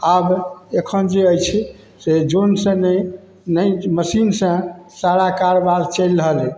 आब एखन जे अछि से जनसे नहि नहि मशीनसे सारा कारबार चलि रहल अइ